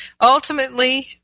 Ultimately